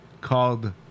called